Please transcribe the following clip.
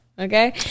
Okay